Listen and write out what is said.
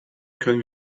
können